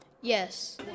Yes